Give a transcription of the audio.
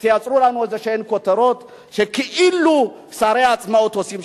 תייצרו לנו איזה כותרות שכאילו שרי העצמאות עושים.